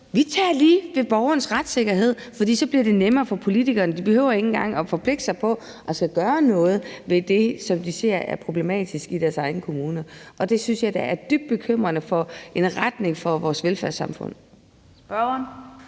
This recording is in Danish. og lige tager lidt, fordi det så bliver nemmere for politikerne. De behøver ikke engang at forpligte sig på så at gøre noget ved det, som de ser er problematisk i deres egne kommuner, og det synes jeg da er dybt bekymrende som retning for vores velfærdssamfund.